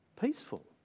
peaceful